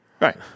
Right